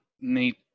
need